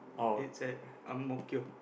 it's at ang-mo-kio